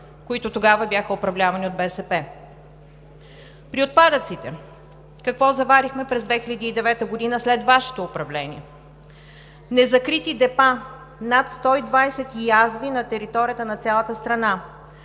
които тогава бяха управлявани от БСП. При отпадъците – какво заварихме през 2009 г. след Вашето управление? Незакрити депа, над 120 язви на територията на цялата страна,